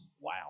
Wow